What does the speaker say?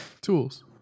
tools